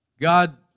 God